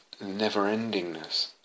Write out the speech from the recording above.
never-endingness